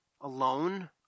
alone